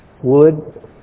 Wood